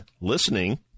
listening